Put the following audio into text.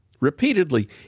Repeatedly